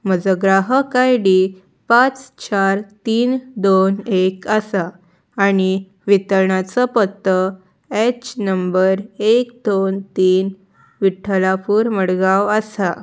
म्हजो ग्राहक I D पांच चार तीन दोन एक आसा आनी वितरणाचो पत्तो एच नंबर एक दोन तीन विठ्ठलापूर मडगांव आसा